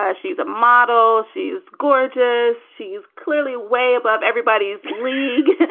ah she's a model. she's gorgeous. she's clearly way above everybody's league